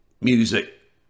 music